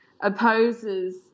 opposes